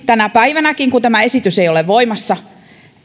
tänä päivänäkin kun tämä esitys ei ole voimassa